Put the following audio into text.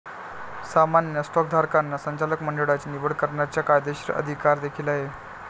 सामान्य स्टॉकधारकांना संचालक मंडळाची निवड करण्याचा कायदेशीर अधिकार देखील आहे